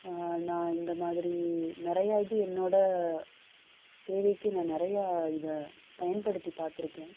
நான் இந்த மாதிரி நிறையா இது என்னோடய தேவைக்கு நான் நிறையா இதை பயன்படுத்தி பார்த்துருக்கேன்